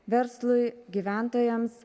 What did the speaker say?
verslui gyventojams